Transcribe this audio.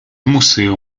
museo